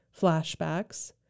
flashbacks